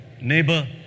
Neighbor